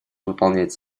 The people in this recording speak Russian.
выполнять